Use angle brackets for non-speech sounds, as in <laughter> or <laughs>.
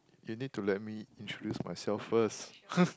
you need to let me introduce myself first <laughs>